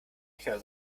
hacker